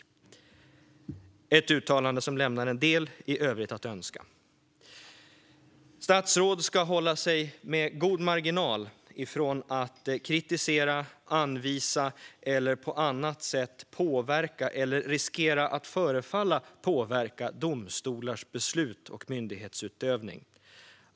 Det är ett uttalande som lämnar en del övrigt att önska. Statsråd ska med god marginal hålla sig från att kritisera, anvisa eller på annat sätt påverka eller riskera att förefalla att påverka domstolars beslut och myndighetsutövning.